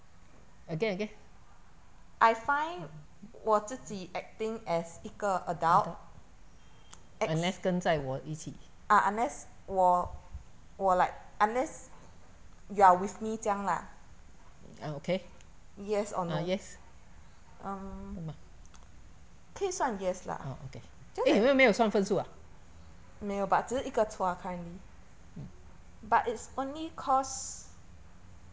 again again adult unless 跟在我一起 ah okay ah yes 对吗 orh okay eh 没有算分数啊 mm